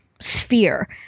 sphere